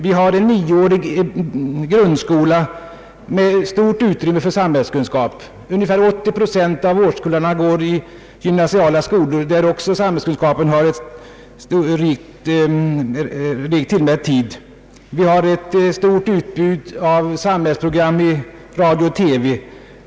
Vi har en nioårig grundskola med stort utrymme för samhällskunskap. Ungefär 80 procent av årskullarna går i gymnasiala skolor, där samhällskunskap också har rikt tillmätt tid. Och vi har ett stort utbud av samhällsprogram i radio och TV.